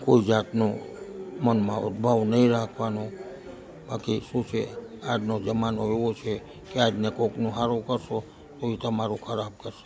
કોઈ જાતનું મનમાં અભાવ નહીં રાખવાનો બાકી શું છે આજનો જમાનો એવો છે કે આજને કોકનું સારું કરશો તો એ તમારું ખરાબ કરશે